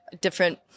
different